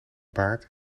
baard